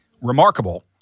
remarkable